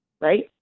right